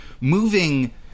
moving